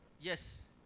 Yes